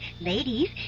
Ladies